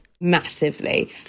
Massively